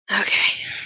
Okay